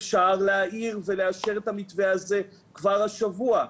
אפשר להעיר ולאשר את המתווה הזה כבר השבוע.